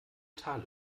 tal